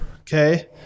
okay